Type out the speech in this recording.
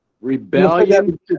Rebellion